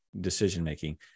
decision-making